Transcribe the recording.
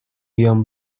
بیام